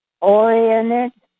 oriented